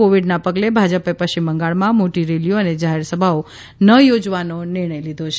કોવીડના પગલે ભાજપે પશ્ચિમ બંગાળમાં મોટી રેલીઓ અને જાહેર સભાઓ ન યોજવાનો નિર્ણય કર્યો છે